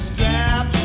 Strap